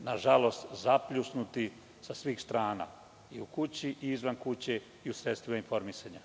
nažalost, zapljusnuti sa svih strana, i u kući i izvan kuće i u sredstvima informisanja.